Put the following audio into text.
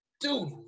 Dude